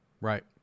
Right